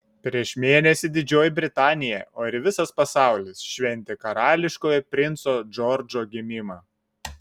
prieš mėnesį didžioji britanija o ir visas pasaulis šventė karališkojo princo džordžo gimimą